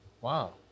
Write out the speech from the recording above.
Wow